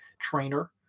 trainer